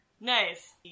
Nice